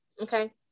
Okay